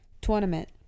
Tournament